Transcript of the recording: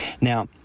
Now